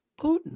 Putin